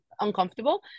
uncomfortable